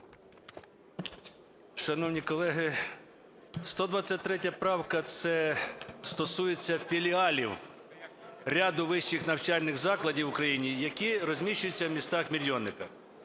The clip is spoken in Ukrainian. Шановні колеги, 123 правка, це стосується філіалів ряду вищих навчальних закладів в Україні, які розміщуються в містах-мільйонниках.